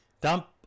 Dump